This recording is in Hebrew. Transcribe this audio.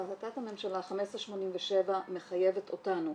החלטת הממשלה 1587 מחייבת אותנו,